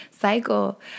cycle